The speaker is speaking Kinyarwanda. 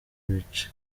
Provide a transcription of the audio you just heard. ibice